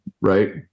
right